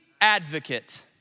advocate